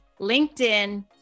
LinkedIn